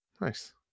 Nice